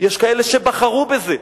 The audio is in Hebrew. יש כאלה שבחרו בזה.